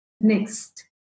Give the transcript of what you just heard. Next